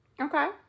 Okay